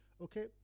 okay